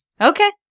Okay